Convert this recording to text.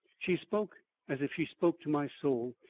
she spoke as if she spoke to my soul,